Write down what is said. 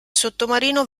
sottomarino